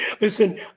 Listen